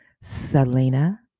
selena